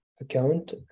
Account